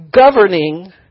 governing